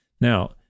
Now